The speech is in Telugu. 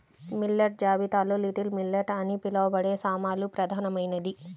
మిల్లెట్ జాబితాలో లిటిల్ మిల్లెట్ అని పిలవబడే సామలు ప్రధానమైనది